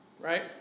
right